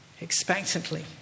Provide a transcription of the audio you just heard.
expectantly